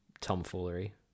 tomfoolery